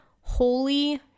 Holy